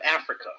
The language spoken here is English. Africa